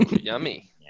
Yummy